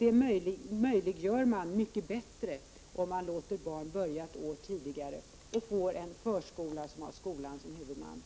Detta möjliggör man mycket bättre om man låter barn börja ett år tidigare och får en förskola som har skolan som huvudman.